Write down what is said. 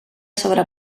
sobre